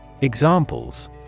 Examples